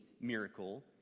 miracle